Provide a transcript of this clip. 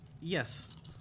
Yes